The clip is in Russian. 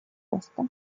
роста